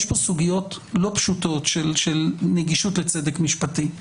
יש פה סוגיות לא פשוטות של נגישות לצדק משפטי,